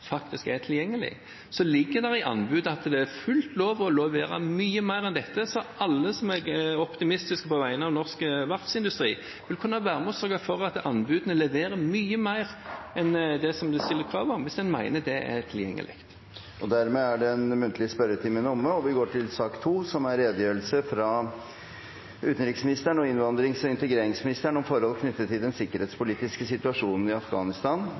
faktisk er tilgjengelig. Det ligger i anbudet at det er fullt lov å levere mye mer enn dette, så alle som er optimistisk på vegne av norsk verftsindustri, vil kunne være med og sørge for at anbudene leverer mye mer enn det som det stilles krav om, hvis man mener det er tilgjengelig. Den muntlige spørretimen er over. Takk for muligheten til å redegjøre. Det er viktig at beslutninger fattes basert på et godt faktagrunnlag. Jeg vil på det sterkeste advare mot at Stortinget slutter seg til forslaget om stans i alle returer til Afghanistan.